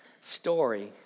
story